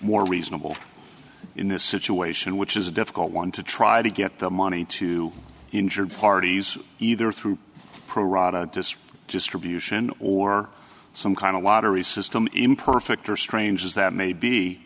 more reasonable in this situation which is a difficult one to try to get the money to injured parties either through pro rata distribution or some kind of lottery system imperfect or strange as that may be